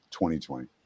2020